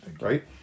Right